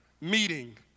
meeting